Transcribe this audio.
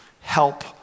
help